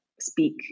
speak